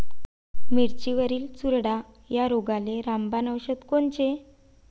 मिरचीवरील चुरडा या रोगाले रामबाण औषध कोनचे?